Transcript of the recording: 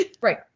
Right